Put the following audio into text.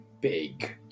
big